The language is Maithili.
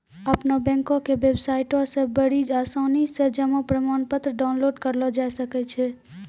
अपनो बैंको के बेबसाइटो से बड़ी आसानी से जमा प्रमाणपत्र डाउनलोड करलो जाय सकै छै